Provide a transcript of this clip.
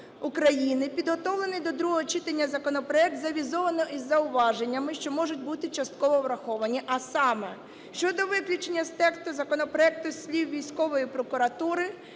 України підготовлений до другого читання законопроект завізовано із зауваженнями, що можуть бути частково враховані, а саме щодо виключення з тексту законопроекту слів"військової прокуратури"